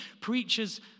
Preachers